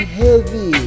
heavy